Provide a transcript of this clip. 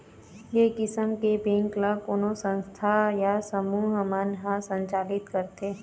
ए किसम के बेंक ल कोनो संस्था या समूह मन ह संचालित करथे